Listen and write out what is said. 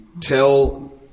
tell